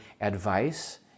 advice